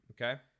Okay